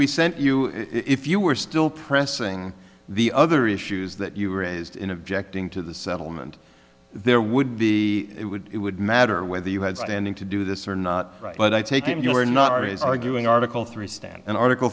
we sent you if you were still pressing the other issues that you were raised in objecting to the settlement there would be it would it would matter whether you had standing to do this or not but i take it you are not is arguing article three stand and article